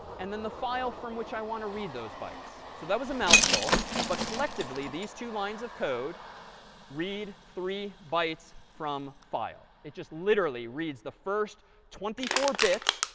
and then the file from which i want to read those bytes. so that was a mouthful. but collectively, these two lines of code read three bytes from file. it just literally reads the first twenty four bits,